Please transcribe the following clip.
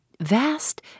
vast